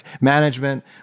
management